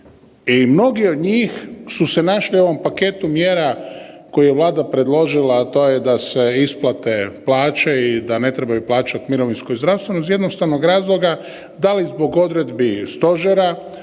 I mnogi od njih su se našli u ovom paketu mjera koje je Vlada predložila, a to je da se isplate plaće i da ne trebaju plaćati mirovinsko i zdravstveno iz jednostavnog razloga, da li zbog odredbi stožera,